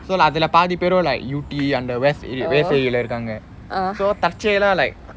so like அதுல பாதி பேரும்:athula paathi perum like yew tee அந்த:antha west area west area இருக்காங்க:irukkanga so தற்செயலாக:tharseyalaa like